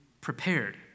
prepared